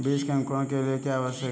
बीज के अंकुरण के लिए क्या आवश्यक है?